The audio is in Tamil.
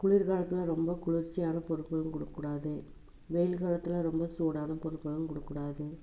குளிர்காலத்தில் ரொம்ப குளிர்ச்சியான பொருட்களும் கொடுக்கக் கூடாது வெயில்காலத்தில் ரொம்ப சூடான பொருட்களும் கொடுக்கக் கூடாது